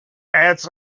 ads